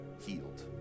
healed